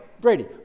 Brady